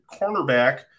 cornerback